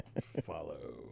Follow